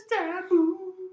taboo